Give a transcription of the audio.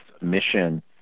mission